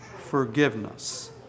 Forgiveness